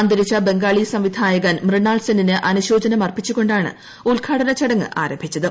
അന്തരിച്ച ബംഗാളി സംവിധായകൻ മൃണാൾസെന്നിന് അനുശോചനം അർപ്പിച്ചു കൊണ്ടാണ് ഉത്ഘാടന ചടങ്ങ് ആരംഭിച്ചത്